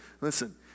listen